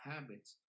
habits